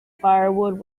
firewood